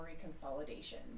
consolidation